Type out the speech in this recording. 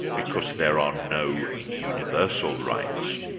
because there are no universal rights.